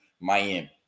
Miami